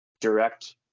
direct